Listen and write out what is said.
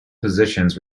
positions